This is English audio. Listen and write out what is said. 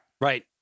Right